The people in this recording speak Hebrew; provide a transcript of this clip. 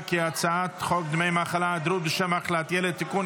את הצעת חוק דמי מחלה (היעדרות בשל מחלת ילד) (תיקון,